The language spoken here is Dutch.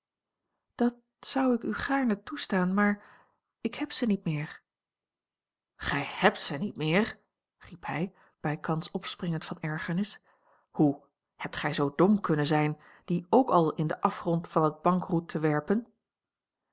dat zou ik u gaarne toestaan maar ik heb ze niet meer gij hebt ze niet meer riep hij bijkans opspringend van ergernis hoe hebt gij zoo dom kunnen zijn die ook al in den afgrond van dat bankroet te werpen